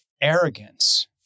arrogance